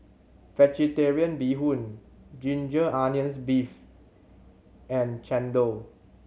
Vegetarian Bee Hoon ginger onions beef and chendol